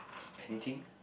anything